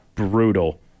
brutal